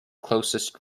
closest